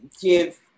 give